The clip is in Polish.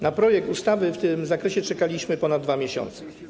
Na projekt ustawy w tym zakresie czekaliśmy ponad 2 miesiące.